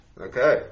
Okay